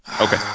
Okay